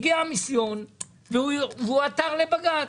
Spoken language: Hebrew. הגיע המיסיון והוא עתר לבג"ץ.